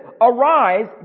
Arise